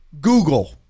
Google